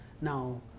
now